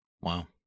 Wow